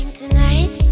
tonight